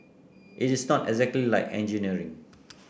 it is not exactly like engineering